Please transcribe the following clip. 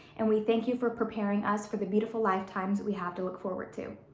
and we thank you for preparing us for the beautiful lifetimes that we have to look forward to.